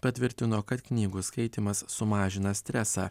patvirtino kad knygų skaitymas sumažina stresą